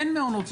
אין מעונות,